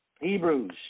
Hebrews